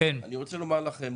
אני רוצה לומר לכם,